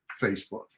Facebook